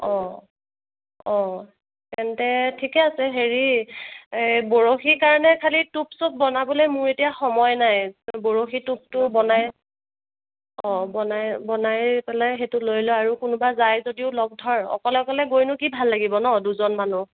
অঁ অঁ তেন্তে ঠিকে আছে হেৰি বৰশীৰ কাৰণে খালি টোপ চোপ বনাবলে মোৰ এতিয়া সময় নাই বৰশী টোপটো বনাই অঁ বনাই বনাই পেলাই সেইটো লৈ ল আৰু কোনোবা যায় যদিও লগ ধৰ অকলে অকলে গৈনো কি ভাল লাগিব ন দুজন মানুহ